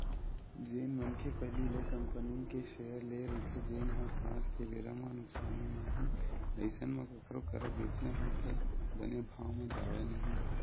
जेन मनखे पहिली ले कंपनी के सेयर लेए रहिथे जेनहा आज के बेरा म नुकसानी म हे अइसन म कखरो करा बेंचना हे त बने भाव म जावय नइ